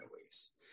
ways